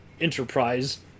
Enterprise